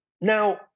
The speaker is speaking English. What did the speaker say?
Now